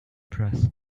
press